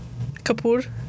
Kapoor